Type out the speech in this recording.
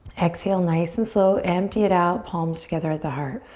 exhale, nice and slow, empty it out, palms together the heart.